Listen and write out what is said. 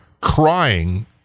crying